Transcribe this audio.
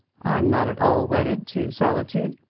i'm not at all wedded to solitude.